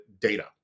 data